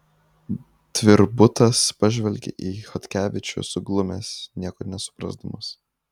tvirbutas pažvelgia į chodkevičių suglumęs nieko nesuprasdamas